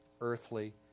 earthly